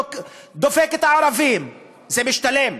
דופק את הערבים, זה משתלם,